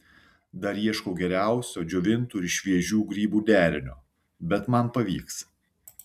dar ieškau geriausio džiovintų ir šviežių grybų derinio bet man pavyks